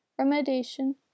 remediation